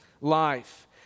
life